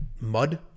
mud